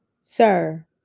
Sir